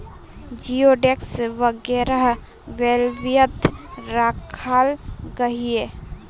जिओडेक्स वगैरह बेल्वियात राखाल गहिये